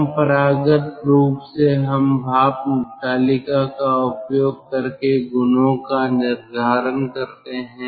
परंपरागत रूप से हम भाप तालिका का उपयोग करके गुणों का निर्धारण करते हैं